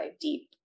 deep